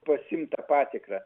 pasiimt tą patikrą